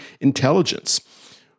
intelligence